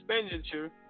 expenditure